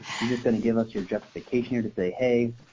you're just going to give us your justification here to say hey,